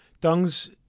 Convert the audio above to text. dung's